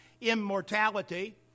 immortality